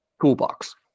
toolbox